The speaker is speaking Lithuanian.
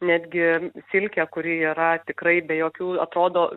netgi silkę kuri yra tikrai be jokių atrodo